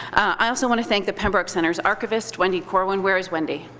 i also want to thank the pembroke center's archivist, wendy corwin. where is wendy?